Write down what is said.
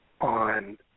on